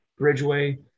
Bridgeway